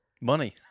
Money